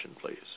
please